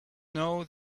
know